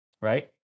right